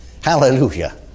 Hallelujah